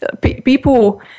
People